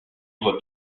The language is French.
voit